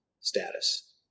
status